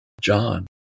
John